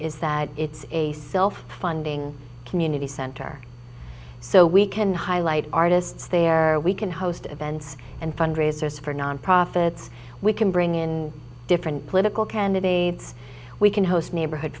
is that it's a self funding community center so we can highlight artists there are we can host events and fundraisers for non profits we can bring in different political candidates we can host neighborhood